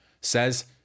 says